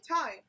time